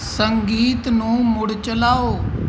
ਸੰਗੀਤ ਨੂੰ ਮੁੜ ਚਲਾਓ